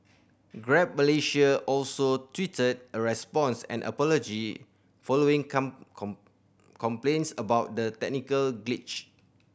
Grab Malaysia also tweeted a response and apology following complaints about the technical glitch